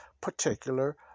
particular